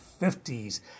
50s